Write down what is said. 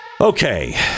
Okay